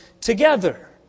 together